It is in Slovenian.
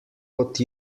kot